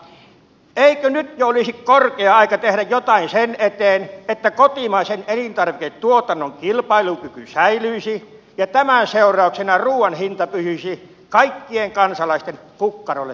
eikö nyt jo olisi korkea aika tehdä jotain sen eteen että kotimaisen elintarviketuotannon kilpailukyky säilyisi ja tämän seurauksena ruuan hinta pysyisi kaikkien kansalaisten kukkarolle sopivana